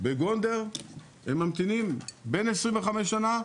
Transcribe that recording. בגונדר הם ממתינים בין 25 שנה,